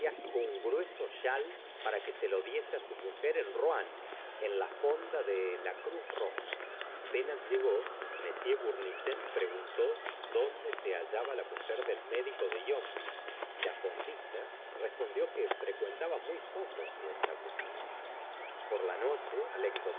un grueso chal para que se lo diese á su mujer en rouen en la fonda de la cruz roja apenas llegó m bournisien preguntó donde se hallaba la mujer del médico de yonville y la fondista respondió que frecuentaba muy poco su establecimiento por la noche al